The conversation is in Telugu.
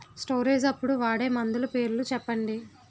స్టోరేజ్ అప్పుడు వాడే మందులు పేర్లు చెప్పండీ?